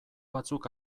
batzuk